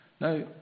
Now